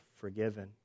forgiven